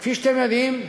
כפי שאתם יודעים,